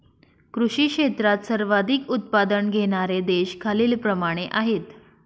कृषी क्षेत्रात सर्वाधिक उत्पादन घेणारे देश खालीलप्रमाणे आहेत